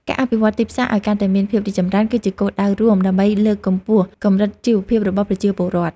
ការអភិវឌ្ឍទីផ្សារឱ្យកាន់តែមានភាពរីកចម្រើនគឺជាគោលដៅរួមដើម្បីលើកកម្ពស់កម្រិតជីវភាពរបស់ប្រជាពលរដ្ឋ។